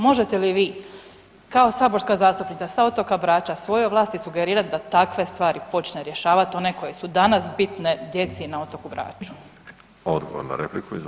Možete li vi kao saborska zastupnica sa otoka Brača svojoj vlasti sugerirat da takve stvari počne rješavat, one koje su danas bitne djeci na otoku Braču?